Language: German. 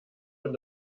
und